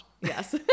Yes